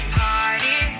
party